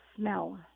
smell